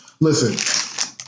Listen